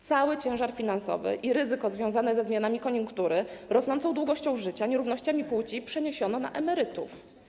Cały ciężar finansowy i ryzyko związane ze zmianami koniunktury, rosnącą długością życia, nierównościami płci przeniesiono na emerytów.